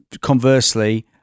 conversely